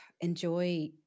enjoy